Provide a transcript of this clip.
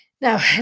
Now